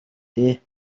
дээ